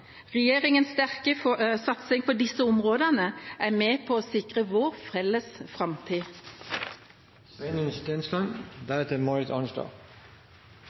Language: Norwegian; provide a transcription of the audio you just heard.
sterke satsing på disse områdene er med på å sikre vår felles